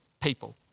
people